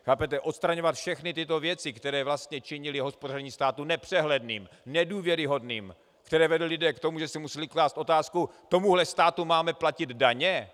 Chápete, odstraňovat všechny tyto věci, které vlastně činily hospodaření státu nepřehledným, nedůvěryhodným, které vedly lidi k tomu, že si museli klást otázku: Tomuhle státu máme platit daně?